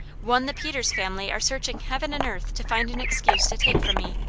one the peters family are searching heaven and earth to find an excuse to take from me.